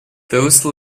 those